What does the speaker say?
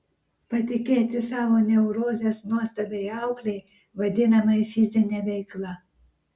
patikėti savo neurozes nuostabiai auklei vadinamai fizine veikla